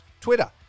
Twitter